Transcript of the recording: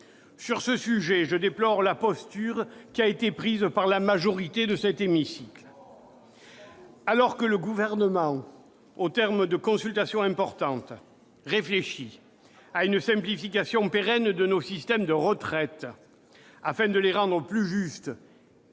Sur ce sujet, je déplore la posture qui a été prise par la majorité de cet hémicycle. Alors que le Gouvernement, au terme de consultations importantes, réfléchit ... Ah bon ?...... à une simplification pérenne de nos systèmes de retraite afin de les rendre plus justes